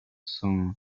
son